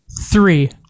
Three